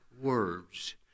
words